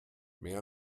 mehr